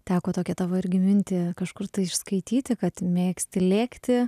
teko tokią tavo irgi mintį kažkur tai išskaityti kad mėgsti lėkti